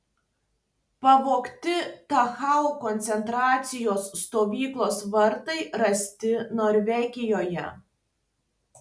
pavogti dachau koncentracijos stovyklos vartai rasti norvegijoje